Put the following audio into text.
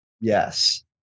Yes